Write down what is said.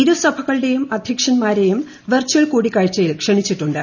ഇരു സഭകളുടെയും അദ്ധ്യക്ഷൻമാരെയും വെർചല് കൂടിക്കാഴ്ചയിൽ ക്ഷണിച്ചിട്ടുണ്ട്